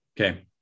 okay